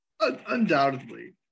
Undoubtedly